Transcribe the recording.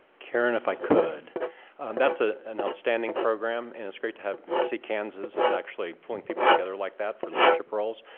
karen, if i could that's ah an outstanding program and it's great to see kansas is actually pulling people together like that for leadership roles.